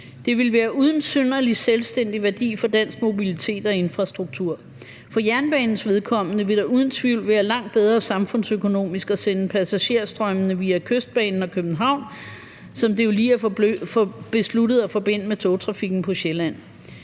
Det ville være uden synderlig selvstændig værdi for dansk mobilitet og infrastruktur. For jernbanens vedkommende vil det samfundsøkonomisk uden tvivl være langt bedre at sende passagerstrømmene via Kystbanen og København – Kystbanen, som det jo lige er blevet besluttet at forbinde med togtrafikken på det